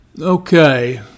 Okay